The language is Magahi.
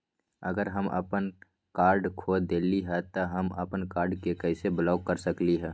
अगर हम अपन कार्ड खो देली ह त हम अपन कार्ड के कैसे ब्लॉक कर सकली ह?